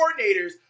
coordinators